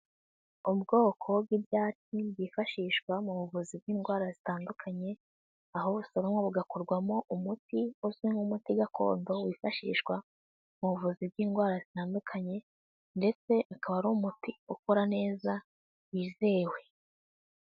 Ubwoko bw'ibyatsi byifashishwa mu buvuzi bw'indwara zitandukanye, aho bisoromwa bugakorwamo umuti uzwi nk'umuti gakondo wifashishwa mu buvuzi bw'indwara zitandukanye ndetse akaba ari umuti ukora neza wizewe.